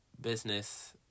business